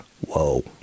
whoa